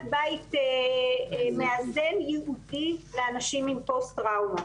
בית מאזן ייעודי לאנשים עם פוסט-טראומה.